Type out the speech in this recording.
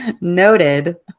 Noted